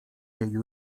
jej